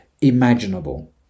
imaginable